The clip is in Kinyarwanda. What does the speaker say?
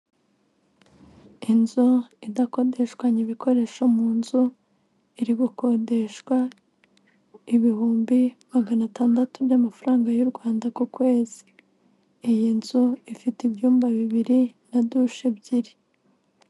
Inzu idakodeshwanya ibikoresho mu nzu, iri gukodeshwa ibihumbi magana atandatu by'amafaranga y'u Rwanda ku kwezi. Iyi nzu ifite ibyumba bibiri na dushe ebyiri.